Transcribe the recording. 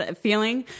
feeling